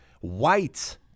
white